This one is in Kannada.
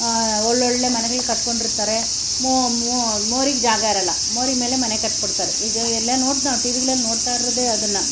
ಒಳ್ಳೊಳ್ಳೆಯ ಮನೆಗಳು ಕಟ್ಕೊಂಡಿರ್ತಾರೆ ಮೋರಿಗೆ ಜಾಗ ಇರಲ್ಲ ಮೋರಿ ಮೇಲೆ ಮನೆ ಕಟ್ಬಿಡ್ತಾರೆ ಈಗ ಎಲ್ಲೇ ನೋಡಿ ಟಿ ವಿಗಳಲ್ಲಿ ನೋಡ್ತಾ ಇರೋದೇ ಅದನ್ನು